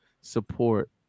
support